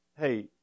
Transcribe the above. hey